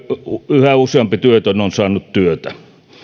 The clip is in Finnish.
yhä useampi työtön on saanut työtä